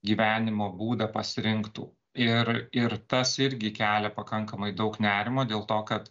gyvenimo būdą pasirinktų ir ir tas irgi kelia pakankamai daug nerimo dėl to kad